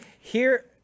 Here-